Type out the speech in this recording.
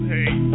Hey